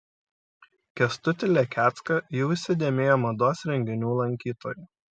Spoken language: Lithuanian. kęstutį lekecką jau įsidėmėjo mados renginių lankytojai